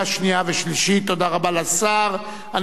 עשרה בעד, אין מתנגדים, אין נמנעים.